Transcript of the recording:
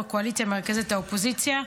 יושב-ראש הקואליציה ומרכזת האופוזיציה,